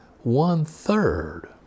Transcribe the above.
One-third